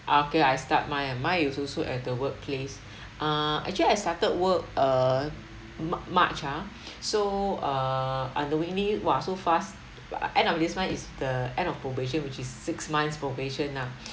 okay I start my ah my is also at the workplace ah actually I started work err m~ march ah so err unknowingly !wah! so fast end of this month is the end of probation which is six months' probation nah